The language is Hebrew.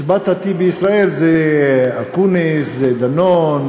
מסיבת התה בישראל זה אקוניס, זה דנון,